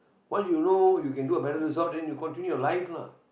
while you know you can do a better result then you continue your life lah